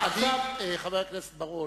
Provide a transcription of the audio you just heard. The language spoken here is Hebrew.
חבר הכנסת בר-און,